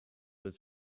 his